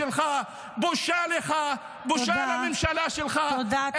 בושה לך, בושה לממשלה שלך --- תודה.